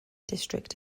district